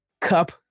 cup